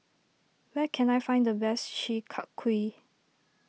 where can I find the best Chi Kak Kuih